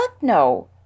no